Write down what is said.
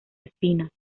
espinas